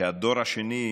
שהדור השני,